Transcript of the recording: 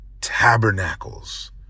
tabernacles